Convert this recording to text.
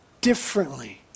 differently